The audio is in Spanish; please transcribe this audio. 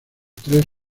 tres